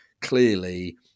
clearly